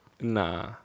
Nah